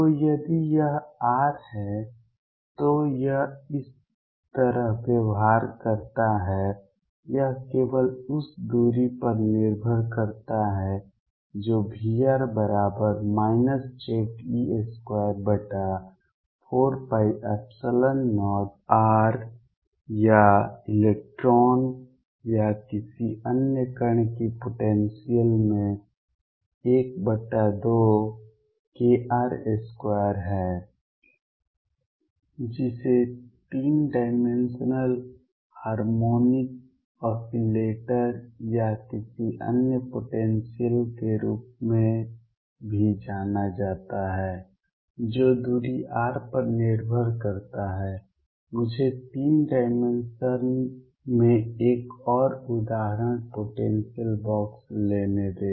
तो यदि यह r है तो यह इस तरह व्यवहार करता है यह केवल उस दूरी पर निर्भर करता है जो V बराबर Ze24π0r या इलेक्ट्रॉन या किसी अन्य कण की पोटेंसियल में 12kr2 है जिसे 3 डाइमेंशनल हार्मोनिक ऑसीलेटर या किसी अन्य पोटेंसियल के रूप में भी जाना जाता है जो दूरी r पर निर्भर करता है मुझे 3 डाइमेंशन में एक और उदाहरण पोटेंसियल बॉक्स लेने दें